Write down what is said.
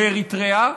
לאריתריאה,